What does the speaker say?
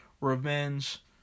revenge